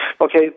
Okay